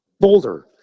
boulder